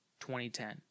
2010